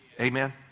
Amen